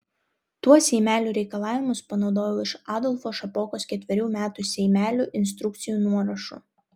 tuos seimelių reikalavimus panaudojau iš adolfo šapokos ketverių metų seimelių instrukcijų nuorašų